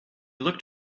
looked